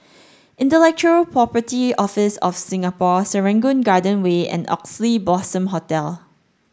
Intellectual Property Office of Singapore Serangoon Garden Way and Oxley Blossom Hotel